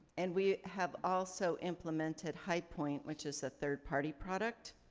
and we have also implemented highpoint which is a third party product